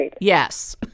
Yes